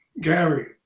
Gary